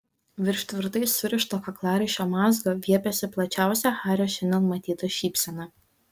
virš tvirtai surišto kaklaraiščio mazgo viepėsi plačiausia hario šiandien matyta šypsena